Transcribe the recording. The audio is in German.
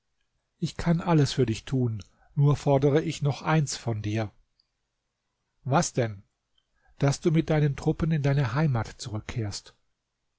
ich kann alles für dich tun nur fordere ich noch eins von dir was denn daß du mit deinen truppen in deine heimat zurückkehrst